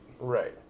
Right